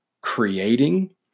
creating